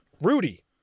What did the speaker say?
Rudy